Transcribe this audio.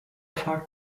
fark